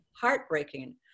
heartbreaking